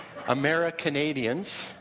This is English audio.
Americanadians